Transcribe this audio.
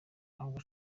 ntabwo